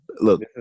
Look